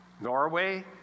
Norway